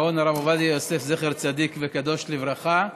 הגאון הרב עובדיה יוסף, זכר צדיק וקדוש לברכה,